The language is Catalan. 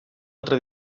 altra